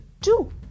two